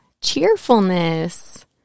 cheerfulness